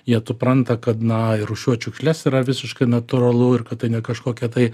jie supranta kad na ir rūšiuot šiukšles yra visiškai natūralu ir kad tai ne kažkokia tai